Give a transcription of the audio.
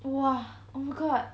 !wow! oh my god